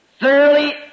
thoroughly